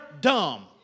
dumb